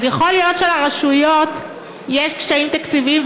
אז יכול להיות שלרשויות יש קשיים תקציבים,